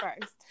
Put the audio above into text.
first